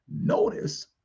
Notice